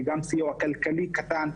וגם סיוע כלכלי קטן.